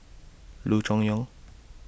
Loo Choon Yong